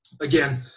again